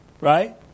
Right